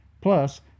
plus